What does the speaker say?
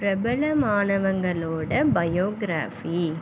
பிரபலமானவங்களோட biography